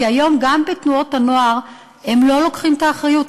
כי היום גם בתנועות-הנוער הם לא לוקחים את האחריות,